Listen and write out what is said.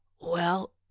Well